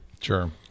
Sure